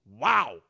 Wow